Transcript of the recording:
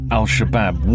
Al-Shabaab